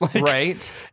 Right